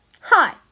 Hi